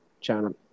channel